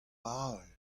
avel